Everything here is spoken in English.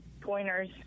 pointers